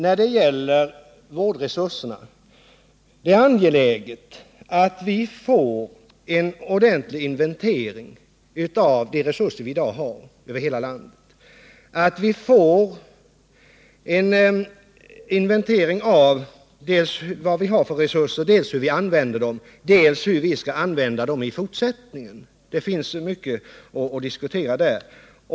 När det sedan gäller vårdresurserna, så är det angeläget att vi får en ordentlig inventering av de resurser vi i dag har över hela landet. Vi behöver göra en inventering av dels vad vi har för resurser, dels hur vi använder dem och dels hur vi skall använda dem i fortsättningen. Det finns mycket att diskutera där.